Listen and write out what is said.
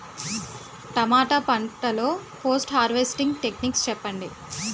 టమాటా పంట లొ post harvesting techniques చెప్పండి?